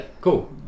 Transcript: cool